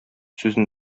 сүзен